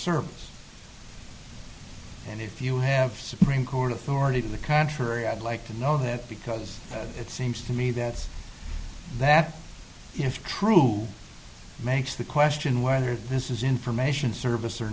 s and if you have written court authority to the contrary i'd like to know that because it seems to me that that if true makes the question whether this is information service or